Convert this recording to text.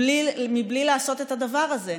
מבלי לעשות את הדבר הזה.